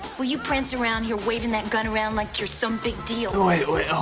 well, you prance around here waving that gun around like you're some big deal. wait, wait, yeah